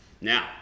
Now